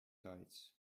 tides